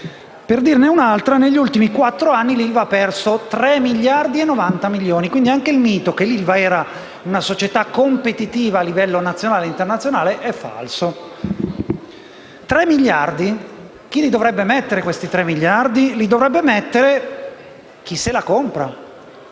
Per dirne un'altra, negli ultimi quattro anni l'ILVA ha perso 3 miliardi e 90 milioni di euro. Anche il mito per cui l'ILVA sarebbe una società competitiva a livello nazionale e internazionale è dunque falso. Chi dovrebbe mettere i 3 miliardi di euro? Li dovrebbe mettere chi se la compra,